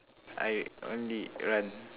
I only run